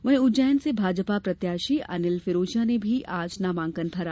वहीं उज्जैन से भाजपा प्रत्याशी अनिल फिरोजिया ने भी आज नामांकन भरा